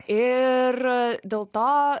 ir dėl to